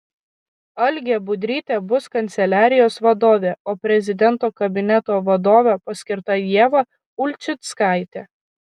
algė budrytė bus kanceliarijos vadovė o prezidento kabineto vadove paskirta ieva ulčickaitė